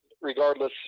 regardless